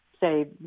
say